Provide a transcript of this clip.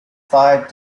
five